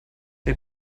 der